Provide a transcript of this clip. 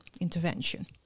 intervention